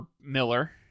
Miller